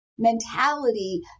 mentality